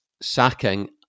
sacking